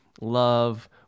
love